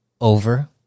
over